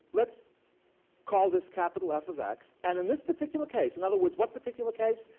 let's call this capital f of x. and in this particular case, in other words, what particular case?